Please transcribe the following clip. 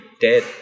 dead